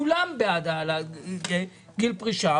כולם בעד העלאת גיל פרישה,